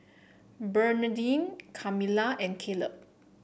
Bernardine Kamilah and Caleb